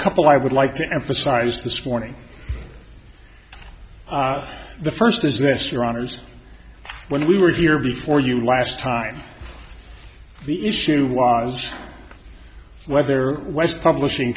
couple i would like to emphasize this morning the first is this your honors when we were here before you last time the issue was whether west publishing